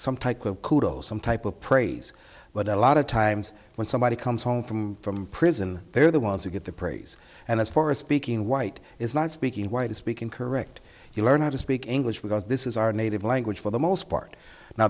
some type of kudos some type of praise but a lot of times when somebody comes home from from prison they are the ones who get the praise and as for a speaking white is not speaking white or speaking correct you learn how to speak english because this is our native language for the most part now